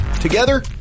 Together